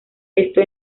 esto